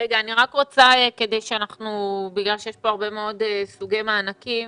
בגלל שיש כאן הרבה מאוד סוגים מענקים,